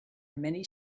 many